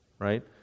right